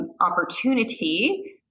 opportunity